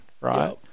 right